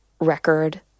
record